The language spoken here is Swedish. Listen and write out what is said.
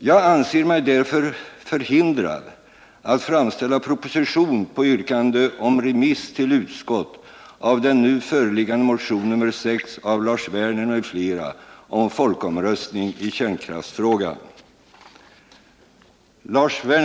Jag anser mig därför förhindrad att framställa proposition på yrkande om remiss till utskott av den nu föreliggande motionen, nr 6, av Lars Werner m.fl. om folkomröstning i kärnkraftsfrågan.